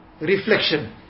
reflection